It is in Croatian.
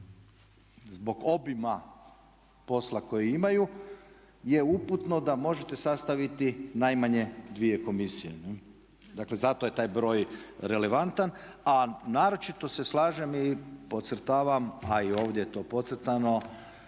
Zbog obima posla koji imaju je uputno da možete sastaviti najmanje dvije komisije. Dakle, zato je taj broj relevantan. A naročito se slažem i podcrtavam, a i ovdje je to podcrtano,